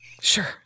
Sure